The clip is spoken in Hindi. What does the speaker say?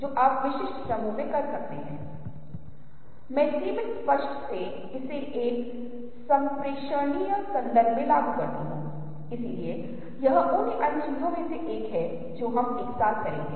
इसलिए हम एक महिला को देखने में सक्षम हैं हम उसके बालों को देखने में सक्षम हैं इस तथ्य के बावजूद कि अगर हम वास्तव में गहराई से देखते हैं तो इनमें से कोई भी चीज मौजूद नहीं है